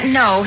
no